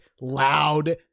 loud